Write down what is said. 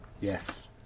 Yes